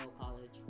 college